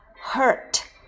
Hurt